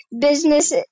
Business